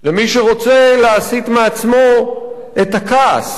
למי שרוצה להסיט מעצמו את הכעס,